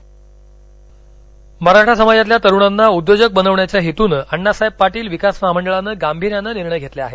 कर्जवाटप मराठा समाजातील तरुणांना उद्योजक बनवण्याच्या हेतूनं अण्णासाहेब पाटील विकास महामंडळाने गांभीर्याने निर्णय घेतले आहेत